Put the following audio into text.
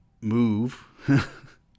move